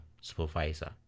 supervisor